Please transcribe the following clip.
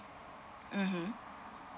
mmhmm